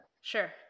Sure